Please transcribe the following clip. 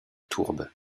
tourbe